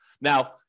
Now